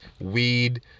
weed